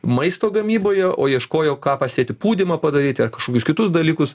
maisto gamyboje o ieškojo ką pasėti pūdymą padaryti ar kažkokius kitus dalykus